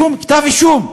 שום כתב אישום.